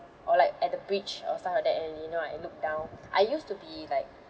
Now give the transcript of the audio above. or like at the bridge or stuff like that and you know I look down I used to be like